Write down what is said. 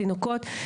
תינוקות.